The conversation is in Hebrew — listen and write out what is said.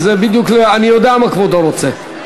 אני יודע מה כבודו רוצה.